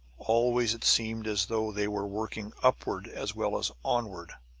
always it seemed as though they were working upward as well as onward,